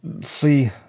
see